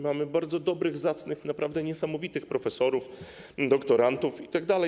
Mamy bardzo dobrych, zacnych i naprawdę niesamowitych profesorów, doktorantów itd.